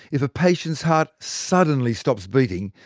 if a patient's heart suddenly stops beating,